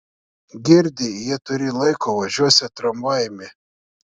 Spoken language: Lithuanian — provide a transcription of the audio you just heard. girdi jie turį laiko važiuosią tramvajumi